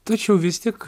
tačiau vis tik